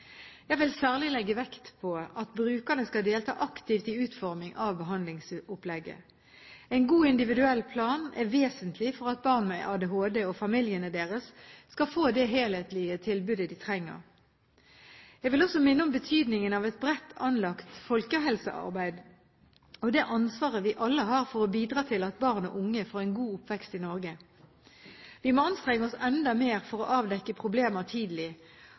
Jeg vil særlig legge vekt på at brukerne skal delta aktivt i utforming av behandlingsopplegget. En god individuell plan er vesentlig for at barn med ADHD og familiene deres skal få det helhetlige tilbudet de trenger. Jeg vil også minne om betydningen av et bredt anlagt folkehelsearbeid og det ansvaret vi alle har for å bidra til at barn og unge får en god oppvekst i Norge. Vi må anstrenge oss enda mer for å avdekke problemer tidlig